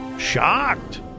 Shocked